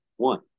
one